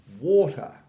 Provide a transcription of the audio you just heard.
water